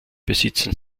besitzen